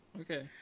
Okay